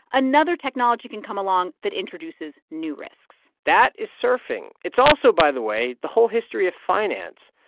another technology can come along that introduces new risks that is surfing. it's also, by the way, the whole history of finance.